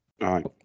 Right